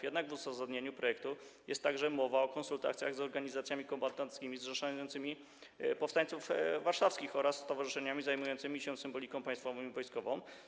Jednak w uzasadnieniu projektu jest także mowa o konsultacjach z organizacjami kombatanckimi zrzeszającymi powstańców warszawskich oraz stowarzyszeniami zajmującymi się symboliką państwową i wojskową.